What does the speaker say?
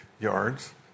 yards